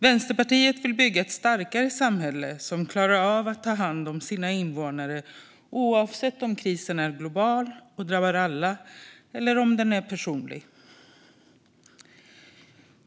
Vänsterpartiet vill bygga ett starkare samhälle som klarar av att ta hand om sina invånare, oavsett om krisen är global och drabbar alla eller om den är personlig.